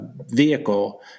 vehicle